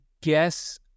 guess